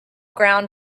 ground